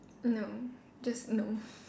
no just no